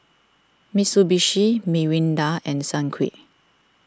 Mitsubishi Mirinda and Sunquick